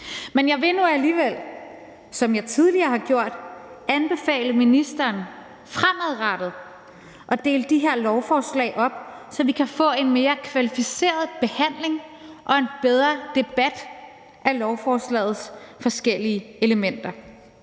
Men jeg vil nu alligevel, som jeg tidligere har gjort, anbefale ministeren fremadrettet at dele de her lovforslag op, så vi kan få en mere kvalificeret behandling og en bedre debat af lovforslagets forskellige elementer.